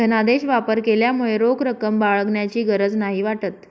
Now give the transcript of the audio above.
धनादेश वापर केल्यामुळे रोख रक्कम बाळगण्याची गरज नाही वाटत